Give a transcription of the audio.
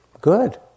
Good